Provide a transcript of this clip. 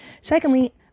Secondly